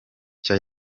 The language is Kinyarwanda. nshya